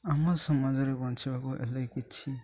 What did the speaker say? ଆମ ସମାଜରେ ବଞ୍ଚିବାକୁ ହେଲେ କିଛି